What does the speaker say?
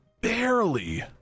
barely